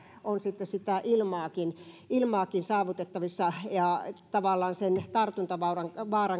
on sitten sitä ilmaakin ilmaakin saavutettavissa ja tavallaan sen tartuntavaaran